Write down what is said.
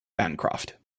bancroft